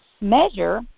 measure